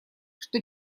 что